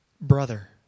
brother